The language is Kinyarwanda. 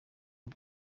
rwo